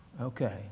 Okay